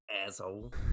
Asshole